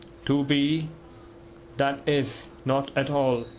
to be that is, not at all.